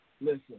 listen